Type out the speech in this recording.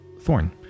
Thorn